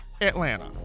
Atlanta